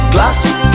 Classic